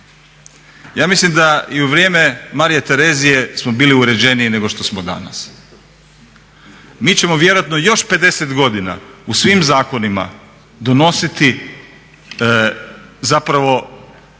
ja mislim da i u vrijeme Marije Terezije smo bili uređeniji nego što smo danas. Mi ćemo vjerojatno još 50 godina u svim zakonima donositi zapravo